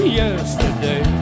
yesterday